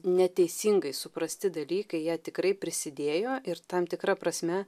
neteisingai suprasti dalykai jie tikrai prisidėjo ir tam tikra prasme